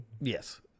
Yes